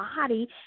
body